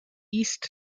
east